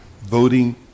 voting